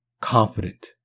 confident